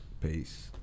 Peace